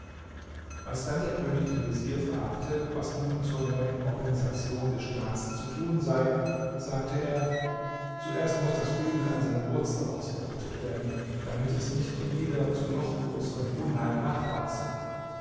als dann der könig den vezier fragte was nun zur neuen organisation des staats zu tun sei sagte er zuerst muß das übel an seiner wurzel ausgerottet werden damit es nicht wieder zu noch größerem unheil nachwachse